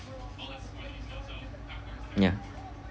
ya